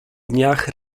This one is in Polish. dniach